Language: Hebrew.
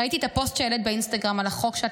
ראיתי את הפוסט שהעלית באינסטגרם על החוק שאת